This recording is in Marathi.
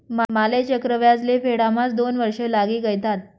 माले चक्रव्याज ले फेडाम्हास दोन वर्ष लागी गयथात